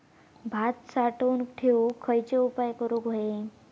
भात साठवून ठेवूक खयचे उपाय करूक व्हये?